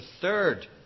third